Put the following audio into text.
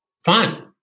fun